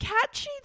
catchy